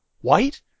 white